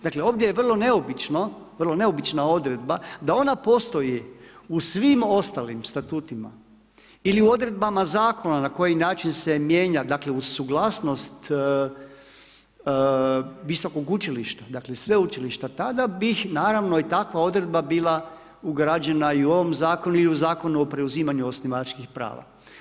Dakle, ovdje je vrlo neobično, vrlo neobična odredba, da ona postoji u svim ostalim statutima ili u odredbama zakona na koji način se mijenja dakle, uz suglasnost visokog učilišta dakle, sveučilišta, tada bi, naravno i takva odredba bila ugrađena i u ovom Zakonu i u Zakonu o preuzimanju osnivačkih prava.